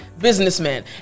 businessman